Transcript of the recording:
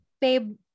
babe